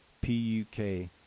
P-U-K